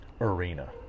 arena